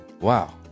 Wow